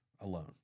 alone